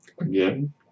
again